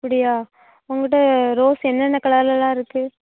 அப்படியா உங்கள்ட ரோஸ் என்ன என்ன கலர்லலாம் இருக்குது